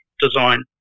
design